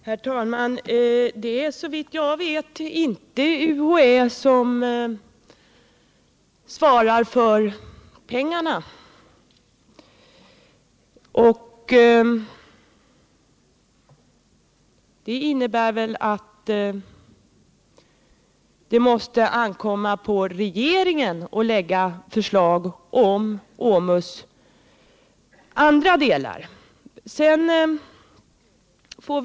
Herr talman! Det är såvitt jag vet inte UHÄ som svarar för pengarna. Det innebär väl att det måste ankomma på regeringen att lägga fram förslag om genomförande av andra delar i OMUS betänkande.